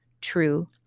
true